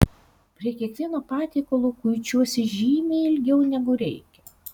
prie kiekvieno patiekalo kuičiuosi žymiai ilgiau negu reikia